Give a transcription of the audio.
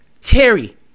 Terry